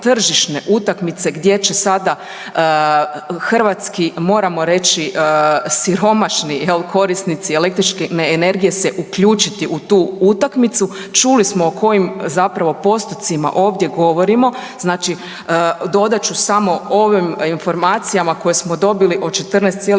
utakmice gdje će sada hrvatski moramo reći siromašni jel korisnici električne energije uključiti se u tu utakmicu. Čuli smo o kojim zapravo postupcima ovdje govorimo. Znači dodat ću samo ovim informacijama koje smo dobili od 14,6%